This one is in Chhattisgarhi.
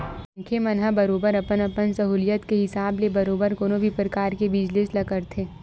मनखे मन ह बरोबर अपन अपन सहूलियत के हिसाब ले बरोबर कोनो भी परकार के बिजनेस ल करथे